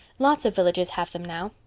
lots of villages have them now.